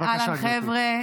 בבקשה, גברתי.